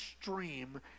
stream